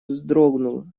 вздрогнул